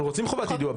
אנחנו רוצים חובת יידוע.